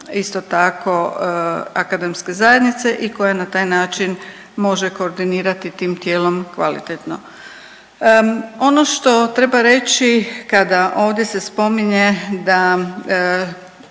isto tako akademske zajednice i koja na taj način može koordinirati tim tijelom kvalitetno. Ono što treba reći kada ovdje se spominje da